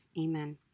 Amen